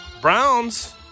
Browns